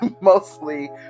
Mostly